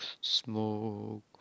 smoke